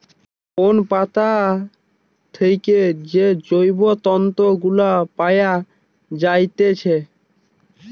কোন পাতা থেকে যে জৈব তন্তু গুলা পায়া যাইতেছে